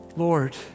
Lord